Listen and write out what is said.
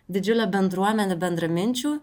didžiulę bendruomenę bendraminčių